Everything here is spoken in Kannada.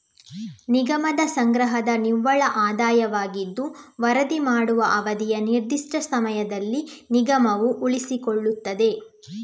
ನಿಗಮದ ಸಂಗ್ರಹದ ನಿವ್ವಳ ಆದಾಯವಾಗಿದ್ದು ವರದಿ ಮಾಡುವ ಅವಧಿಯ ನಿರ್ದಿಷ್ಟ ಸಮಯದಲ್ಲಿ ನಿಗಮವು ಉಳಿಸಿಕೊಳ್ಳುತ್ತದೆ